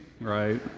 right